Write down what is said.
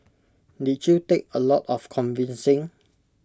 did you take A lot of convincing